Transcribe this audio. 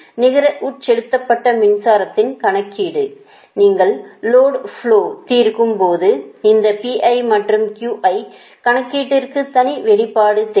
நிகர உட்செலுத்தப்பட்ட மின்சாரத்தின் கணக்கீடு நீங்கள் லோடு ஃப்லோவை தீர்க்கும் போது இந்த மற்றும் கணக்கீட்டிற்க்கு தனி வெளிப்பாடு தேவை